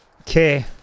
okay